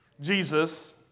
Jesus